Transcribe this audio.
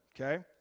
okay